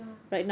ya